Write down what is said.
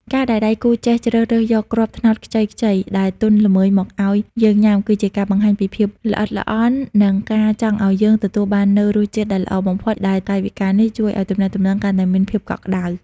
ការដែលដៃគូចេះជ្រើសរើសយកគ្រាប់ត្នោតខ្ចីៗដែលទន់ល្មើយមកឱ្យយើងញ៉ាំ គឺជាការបង្ហាញពីភាពល្អិតល្អន់ និងការចង់ឱ្យយើងទទួលបាននូវរសជាតិដែលល្អបំផុត ដែលកាយវិការនេះជួយឱ្យទំនាក់ទំនងកាន់តែមានភាពកក់ក្ដៅ។